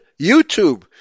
YouTube